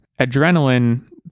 adrenaline